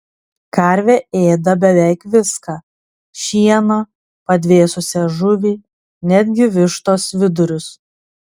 karvė ėda beveik viską šieną padvėsusią žuvį netgi vištos vidurius